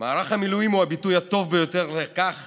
מערך המילואים הוא הביטוי הטוב ביותר לכך